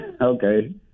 Okay